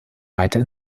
weiter